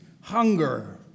hunger